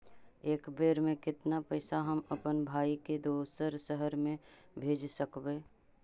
एक बेर मे कतना पैसा हम अपन भाइ के दोसर शहर मे भेज सकबै?